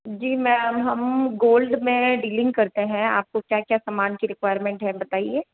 जी ma'am हम gold में dealing करते हैं आपको क्या क्या सामान की रिक्वायरमेंट है बताइए